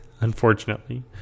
unfortunately